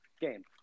game